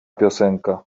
piosenka